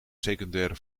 secundaire